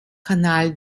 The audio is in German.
kanal